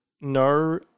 no